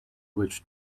which